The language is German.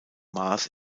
maße